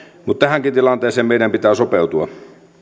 mutta tähänkin tilanteeseen meidän pitää sopeutua